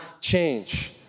change